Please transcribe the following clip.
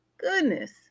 goodness